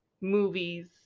movies